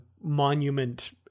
monument